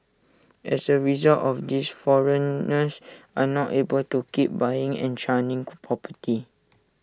as A result of this foreigners are not able to keep buying and churning co property